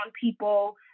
people